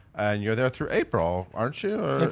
and you're there through april, aren't you?